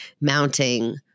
mounting